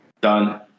Done